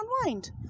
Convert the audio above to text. unwind